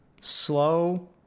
slow